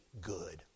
good